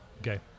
Okay